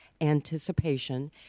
anticipation